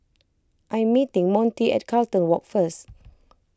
I am meeting Montie at Carlton Walk first